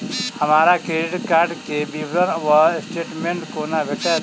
हमरा credit card केँ विवरण वा स्टेटमेंट कोना भेटत?